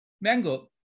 Mango